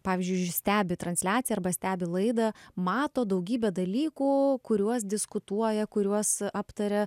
pavyzdžiui stebi transliaciją arba stebi laidą mato daugybę dalykų kuriuos diskutuoja kuriuos aptaria